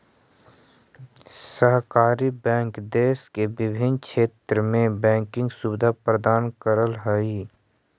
सहकारी बैंक देश के विभिन्न क्षेत्र में बैंकिंग सुविधा प्रदान करऽ हइ